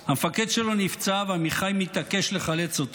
המפקד שלו נפצע ועמיחי מתעקש לחלץ אותו.